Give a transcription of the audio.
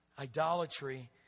idolatry